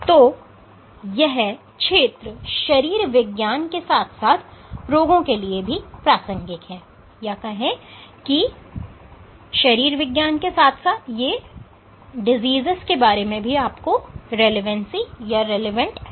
तो यह क्षेत्र शरीर विज्ञान के साथ साथ रोगों के लिए भी प्रासंगिक है